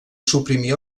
suprimir